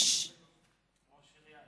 ראש עיר.